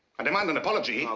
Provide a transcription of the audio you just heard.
i demand an apology. oh,